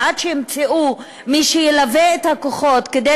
ועד שימצאו מי שילווה את הכוחות כדי